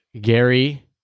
Gary